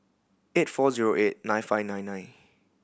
eight four zero eight nine five nine nine